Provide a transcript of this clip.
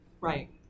Right